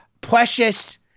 precious